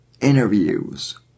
interviews